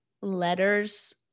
letters